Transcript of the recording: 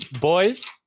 boys